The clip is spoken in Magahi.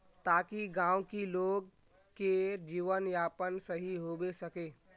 ताकि गाँव की लोग के जीवन यापन सही होबे सके?